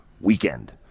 weekend